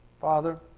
Father